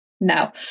no